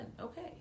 okay